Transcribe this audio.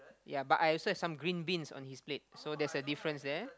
yea but I also have some green beans on his plate so there's a difference there